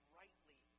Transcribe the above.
rightly